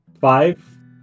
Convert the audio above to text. Five